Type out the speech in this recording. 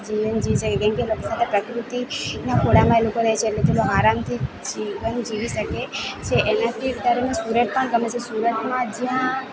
જીવન જીવી શકે કેમકે એ લોકો સાથે પ્રકૃતિ ના ખોળામાં એ લોકો રહે છે એટલે તેઓ આરામથી જીવન જીવી શકે છે એનાથી અત્યારે મને સુરત પણ ગમે છે સુરતમાં જ્યાં